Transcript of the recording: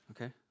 Okay